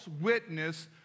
witness